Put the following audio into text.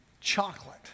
chocolate